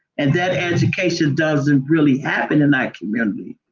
and that education doesn't really happen in that community.